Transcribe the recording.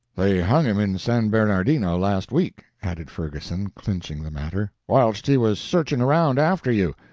they hung him in san bernardino last week, added ferguson, clinching the matter, whilst he was searching around after you.